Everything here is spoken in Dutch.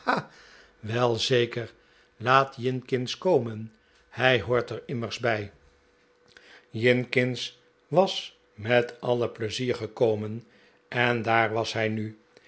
wei zeker laat jinkins komen hij hoort er immers bij jinkins was met alle pleizier gekomen en daar was hij nu